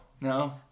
No